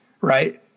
right